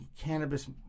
cannabis